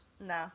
No